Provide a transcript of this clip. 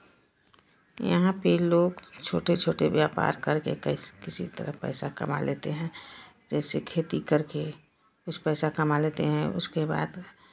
यहां पे लोग छोटे छोटे व्यापार करके कैसे किसी तरह पैसा कमा लेते हैं जैसे खेती करके कुछ पैसा कमा लेते हैं उसके बाद